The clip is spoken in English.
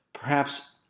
Perhaps